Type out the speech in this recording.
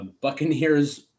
Buccaneers